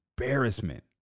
embarrassment